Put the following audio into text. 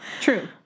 True